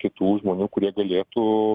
kitų žmonių kurie galėtų